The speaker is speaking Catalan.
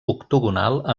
octogonal